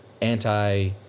anti